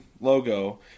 logo